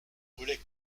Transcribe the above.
brûlait